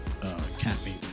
caffeine